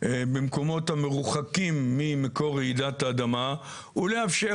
במקומות המרוחקים ממקור רעידת האדמה ולאפשר